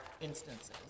instances